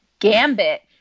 Gambit